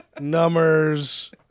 numbers